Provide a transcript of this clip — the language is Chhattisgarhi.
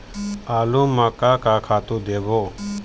आलू म का का खातू देबो?